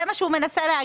זה מה שהוא מנסה להגיד לך.